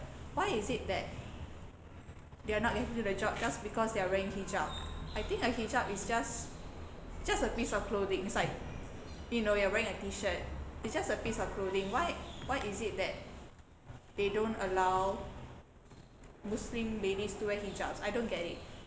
why is it that they are not getting the job just because they are wearing hijab I think a hijab is just just a piece of clothing it's like you know you're wearing a T-shirt it's just a piece of clothing why why is it that they don't allow muslim ladies to wear hijabs I don't get it